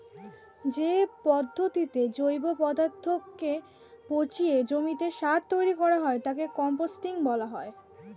যে পদ্ধতিতে জৈব পদার্থকে পচিয়ে জমিতে সার তৈরি করা হয় তাকে কম্পোস্টিং বলা হয়